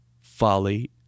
folly